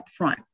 upfront